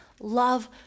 love